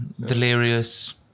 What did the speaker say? Delirious